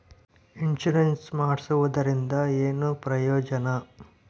Insurance ಮಾಡ್ಸೋದರಿಂದ ಏನು ಪ್ರಯೋಜನ?